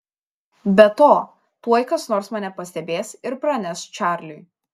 be to tuoj kas nors mane pastebės ir praneš čarliui